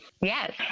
Yes